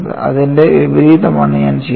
അതിന്റെ വിപരീതമാണ് ഞാൻ ചെയ്യുന്നത്